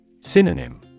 Synonym